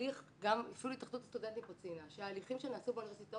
אפילו התאחדות הסטודנטים פה ציינה שההליכים שנעשו באוניברסיטאות